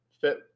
fit